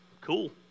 cool